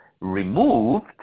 removed